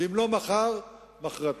אם לא מחר, מחרתיים.